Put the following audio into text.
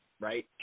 right